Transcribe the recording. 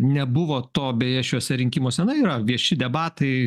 nebuvo to beje šiuose rinkimuose na yra vieši debatai